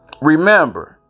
Remember